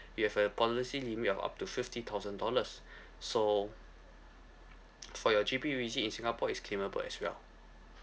you have a policy limit of up to fifty thousand dollars so for your G_P revisit in singapore is claimable as well